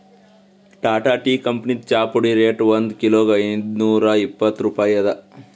Tata tea ಕಂಪನಿದ್ ಚಾಪುಡಿ rate ಒಂದ್ ಕಿಲೋಗಾ ಐದ್ನೂರಾ ಇಪ್ಪತ್ತ್ ರೂಪಾಯಿ ಅದಾ